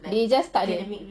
they just tak ada